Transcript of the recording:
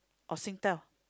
or Singtel